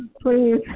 Please